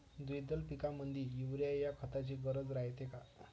द्विदल पिकामंदी युरीया या खताची गरज रायते का?